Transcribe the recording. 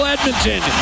Edmonton